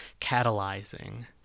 catalyzing